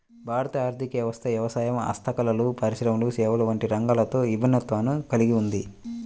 భారత ఆర్ధిక వ్యవస్థ వ్యవసాయం, హస్తకళలు, పరిశ్రమలు, సేవలు వంటి రంగాలతో విభిన్నతను కల్గి ఉంది